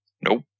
Nope